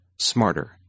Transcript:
smarter